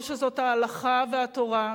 או שזאת ההלכה והתורה.